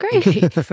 great